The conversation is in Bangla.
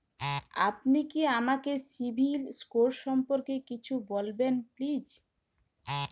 আপনি কি আমাকে সিবিল স্কোর সম্পর্কে কিছু বলবেন প্লিজ?